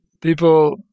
people